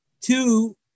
two